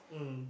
mm